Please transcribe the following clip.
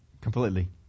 Completely